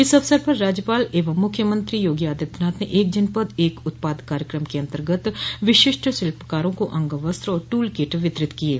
इस अवसर पर राज्यपाल और मुख्यमंत्री योगी आदित्यनाथ ने एक जनपद एक उत्पाद कार्यक्रम के अन्तर्गत विशिष्ट शिल्पकारों को अंग वस्त्र और टूल किट वितरित किये